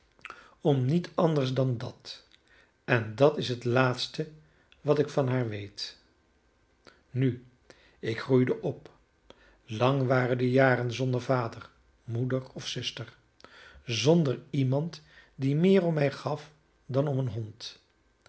om niet anders dan dat en dat is het laatste wat ik van haar weet nu ik groeide op lang waren de jaren zonder vader moeder of zuster zonder iemand die meer om mij gaf dan om een hond